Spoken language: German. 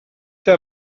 der